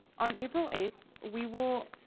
on april eighth, we will,